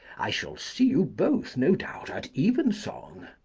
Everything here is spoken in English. i shall see you both no doubt at evensong?